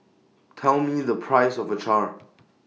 Tell Me The Price of Acar